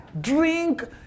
Drink